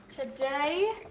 Today